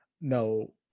no